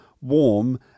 warm